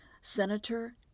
Senator